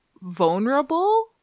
vulnerable